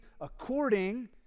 according